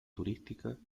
turística